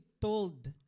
told